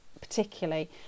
particularly